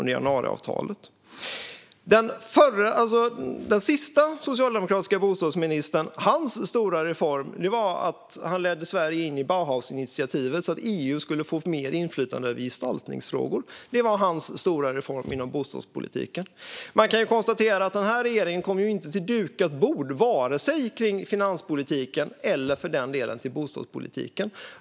Den sista socialdemokratiska bostadsministerns stora reform var att han ledde in Sverige i Bauhausinitiativet så att EU skulle få mer inflytande över gestaltningsfrågor. Det var hans stora reform inom bostadspolitiken. Man kan konstatera att denna regering inte kommer till dukat bord vare sig när det gäller finanspolitiken eller bostadspolitiken.